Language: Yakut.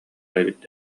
эбит